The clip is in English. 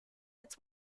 its